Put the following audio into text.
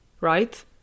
right